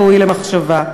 ראוי למחשבה,